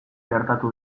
gertatu